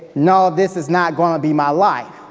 no, this is not going to be my life.